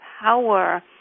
power